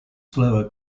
slower